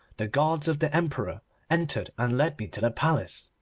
the guards of the emperor entered and led me to the palace.